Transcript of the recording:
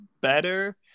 better